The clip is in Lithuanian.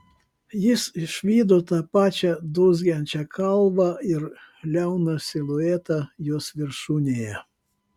jis išvydo tą pačią dūzgiančią kalvą ir liauną siluetą jos viršūnėje